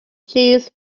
cheese